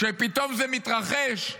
כשפתאום זה מתרחש,